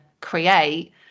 create